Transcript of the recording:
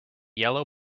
yellow